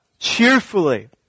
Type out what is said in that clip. Cheerfully